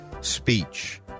speech